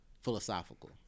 philosophical